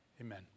amen